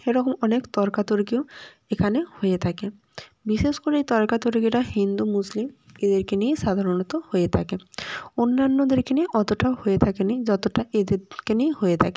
এরকম অনেক তর্কাতর্কিও এখানে হয়ে থাকে বিশেষ করে এই তর্কাতর্কিটা হিন্দু মুসলিম এদেরকে নিয়েই সাধারণত হয়ে থাকে অন্যান্যদেরকে নিয়ে অতোটাও হয়ে থাকে না যতোটা এদেরকে নিয়ে হয়ে থাকে